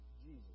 Jesus